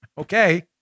Okay